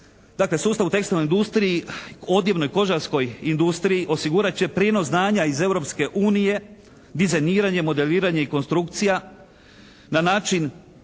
Dakle sustav u tekstilnoj industriji, u odjevnoj kožarskoj industriji osigurat će prinos znanja iz Europske unije dizajniranje, modeliranje i konstrukcija na način